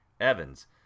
Evans